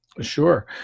Sure